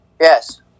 Yes